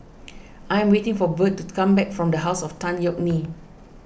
I am waiting for Burt to come back from the House of Tan Yeok Nee